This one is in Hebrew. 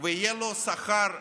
ויהיה לו שכר ראוי,